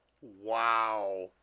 wow